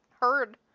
heard